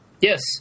Yes